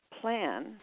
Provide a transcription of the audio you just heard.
plan